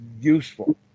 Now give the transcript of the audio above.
useful